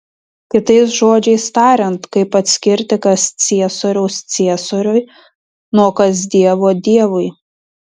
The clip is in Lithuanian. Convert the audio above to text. kitais žodžiais tariant kaip atskirti kas ciesoriaus ciesoriui nuo kas dievo dievui